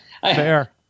Fair